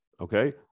Okay